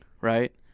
right